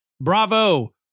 bravo